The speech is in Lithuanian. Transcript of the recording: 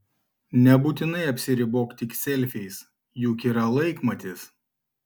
nebūtinai apsiribok tik selfiais juk yra laikmatis